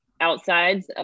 outsides